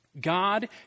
God